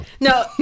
No